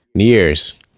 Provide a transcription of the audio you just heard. years